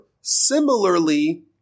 similarly